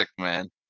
man